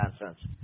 nonsense